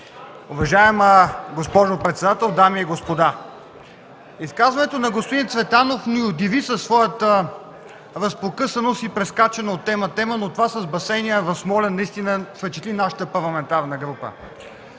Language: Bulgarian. Уважаема госпожо председател, дами и господа! Изказването на господин Цветанов ни удиви със своята разпокъсаност и прескачане от тема в тема, но това с басейна в Смолян наистина впечатли нашата парламентарна група.